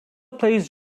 plays